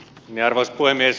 arvoisa puhemies